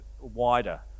wider